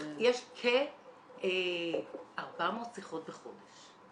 יש כ-400 שיחות בחודש.